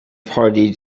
party